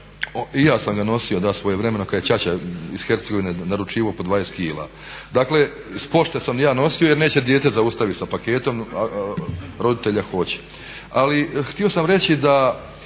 I ja sam ga nosio, da, svojevremeno kad je ćaća iz Hercegovine naručivao po 20 kg. Dakle, s pošte sam i ja nosio jer neće dijete zaustaviti sa paketom, a roditelja hoće. Ali, htio sam reći o